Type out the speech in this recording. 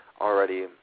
already